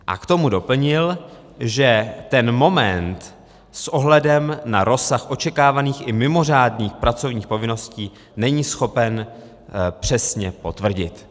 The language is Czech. A k tomu doplnil, že ten moment s ohledem na rozsah očekávaných i mimořádných pracovních povinností není schopen přesně potvrdit.